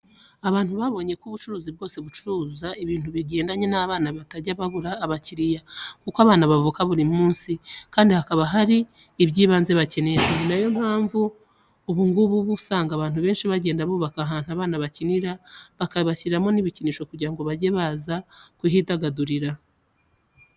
Abantu babonye ko ubucuruzi bwose bucuruza ibintu bigendanye n'abana batajya babura abakiriya kuko abana bavuka buri minsi kandi hakaba hari iby'ibanze bakenera. Ni na yo mpamvu ubu ngubu uba usanga abantu benshi bagenda bubaka ahantu abana bakinira bakabashyiriramo n'ibikinisho kugira ngo bajye baza kuhidagadurira.